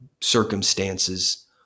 circumstances